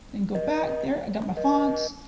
and go back, there i got my fonts,